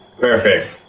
Perfect